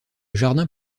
jardin